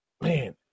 man